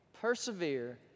Persevere